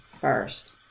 first